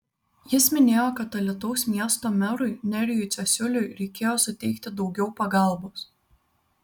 jis minėjo kad alytaus miesto merui nerijui cesiuliui reikėjo suteikti daugiau pagalbos